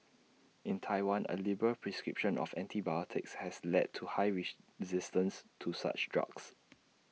in Taiwan A liberal prescription of antibiotics has led to high reach resistance to such drugs